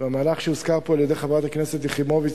המהלך שהוזכר פה על-ידי חברת הכנסת יחימוביץ,